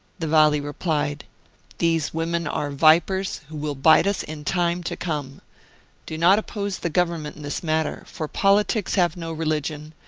the vali re plied these women are vipers, who will bite us in time to come do not oppose the government in this matter, for politics have no religion,